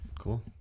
Cool